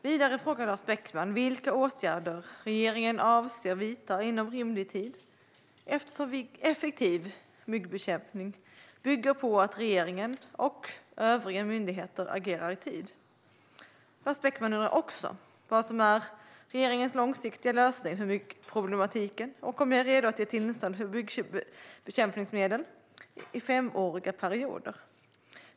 Vidare frågar Lars Beckman vilka åtgärder regeringen avser att vidta inom rimlig tid, eftersom effektiv myggbekämpning bygger på att regeringen och övriga myndigheter agerar i tid. Lars Beckman undrar också vad som är regeringens långsiktiga lösning på myggproblematiken och om jag är redo att ge tillstånd för bekämpningsmedel i femåriga perioder.